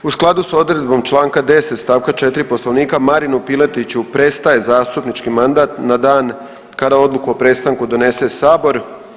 U skladu s odredbom Članka 10. stavka 4. Poslovnika Marinu Piletiću prestaje zastupnički mandat na dan kada odluku o prestanku donese sabor.